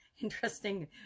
interesting